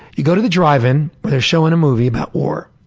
you go to the drive-in where they're showing a movie about war.